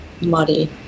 muddy